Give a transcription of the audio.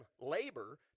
labor